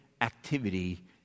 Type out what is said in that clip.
activity